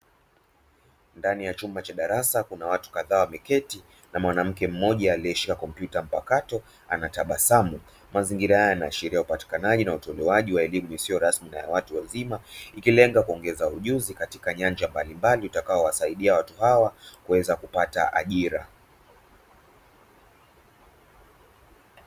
Ndani ya chumba cha darasa kuna watu kadhaa wameketi, na mwanamke mmoja aliyeshika kompyuta mpakato anatabasamu mazingira haya yanaashiria upatikanaji na utolewaji wa elimu isiyo rasmi na ya watu wazima, ikilenga kuongeza ujuzi katika nyanja mbalimbali itakao wasaidia watu hawa kuweza kupata ajira.